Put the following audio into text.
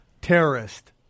terrorist